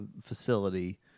facility